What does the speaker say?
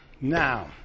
Now